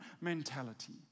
mentality